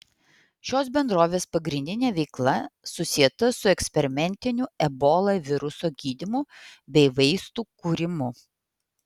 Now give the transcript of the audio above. šios bendrovės pagrindinė veikla susieta su eksperimentiniu ebola viruso gydymu bei vaistų kūrimu